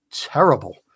terrible